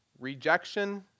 Rejection